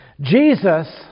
Jesus